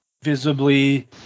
visibly